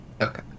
Okay